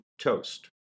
toast